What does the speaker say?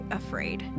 afraid